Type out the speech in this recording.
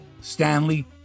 Stanley